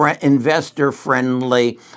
investor-friendly